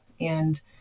And-